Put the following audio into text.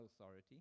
authority